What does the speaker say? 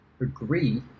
agree